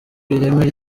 ireme